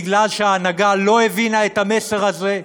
בגלל שההנהגה לא הבינה את המסר הזה,